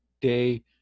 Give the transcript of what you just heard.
Day